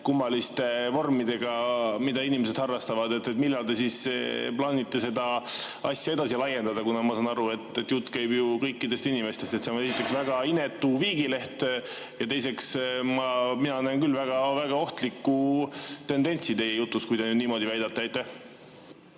kummaliste vormidega, mida inimesed harrastavad. Millal te siis plaanite seda asja edasi laiendada? Ma saan aru, et jutt käib ju kõikidest inimestest. See on esiteks väga inetu viigileht. Ja teiseks, mina näen küll väga ohtlikku tendentsi teie jutus, kui te niimoodi väidate.